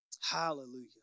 Hallelujah